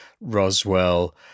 Roswell